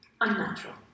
unnatural